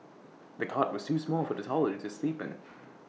the cot was too small for the toddler to sleep in